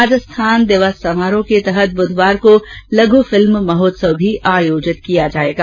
राजस्थान दिवस समारोह के तहत बुधवार को लघु फिल्म महोत्सव भी आयोजित किया जाएगा